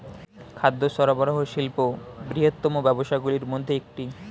খাদ্য সরবরাহ শিল্প বৃহত্তম ব্যবসাগুলির মধ্যে একটি